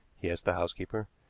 he asked the housekeeper.